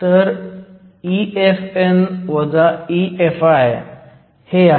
तर EFn EFi हे आहे